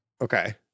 Okay